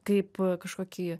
kaip kažkokį